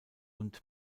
und